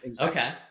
Okay